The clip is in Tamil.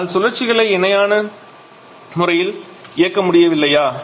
ஆனால் சுழற்சிகளை இணையான முறையில் இயக்க முடியவில்லையா